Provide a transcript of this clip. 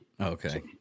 Okay